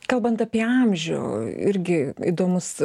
kalbant apie amžių irgi įdomus